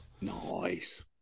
Nice